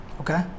Okay